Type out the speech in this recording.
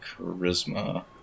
Charisma